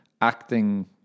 acting